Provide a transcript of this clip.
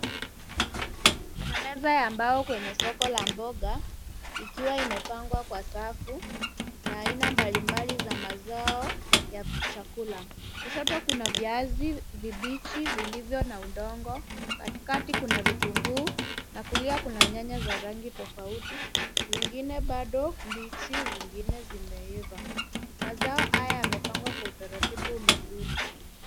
Kuna meza ya mbao kwenye soko la mboga ikiwa imepangwa kwa safu na aina mbalimbali za mazao ya chakula kushoto. Kuna viazi vibichi vilivyo na udongo katikati kuna vitunguu na kulia kuna nyanya za rangi tofauti zingine bado mbichi vingine zimeiva. Mazao haya yamepangwa kwa utaratibu mzuri.